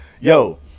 Yo